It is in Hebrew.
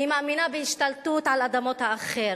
היא מאמינה בהשתלטות על אדמות האחר.